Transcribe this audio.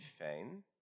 Fine